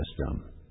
system